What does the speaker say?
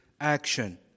action